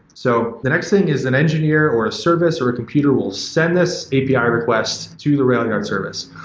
so, the next thing is an engineer or a service or a computer will send this api ah request to the railyard service.